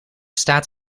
staat